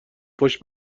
پشت